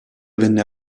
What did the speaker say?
venne